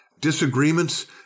Disagreements